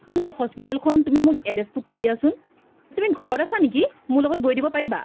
মানে হস্পিটেলখন তুমি মোক এড্ৰেছটো কৈ দিয়াচোন তুমি ঘৰত আছা নেকি মোৰ লগত গৈ দিব পাৰিবা